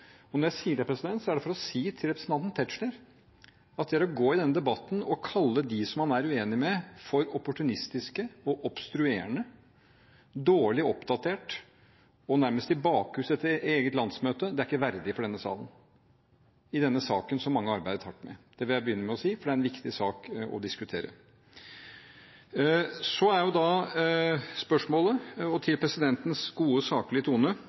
Og når jeg sier det, er det for å si til representanten Tetzschner at det å gå i denne debatten og kalle dem man er uenig med, for «opportunistiske» og «obstruerende», dårlig oppdatert og nærmest i bakrus etter eget landsmøte, er ikke denne salen verdig i denne saken som mange har arbeidet hardt med. Dette ville jeg begynne med å si, for det er en viktig sak å diskutere. Så til spørsmålet og til presidentens gode, saklige tone: